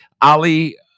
Ali